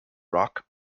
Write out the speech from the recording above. rock